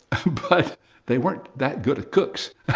but they weren't that good cooks.